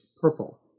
purple